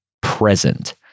present